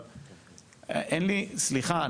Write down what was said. אבל סליחה,